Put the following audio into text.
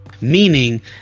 Meaning